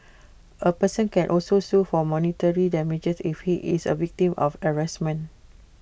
A person can also sue for monetary damages if he is A victim of harassment